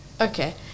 Okay